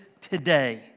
today